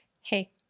Hey